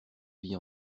vie